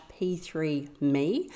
p3me